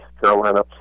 Carolina